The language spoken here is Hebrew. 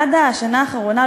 עד השנה האחרונה,